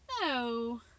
No